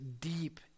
deep